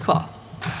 Hvala.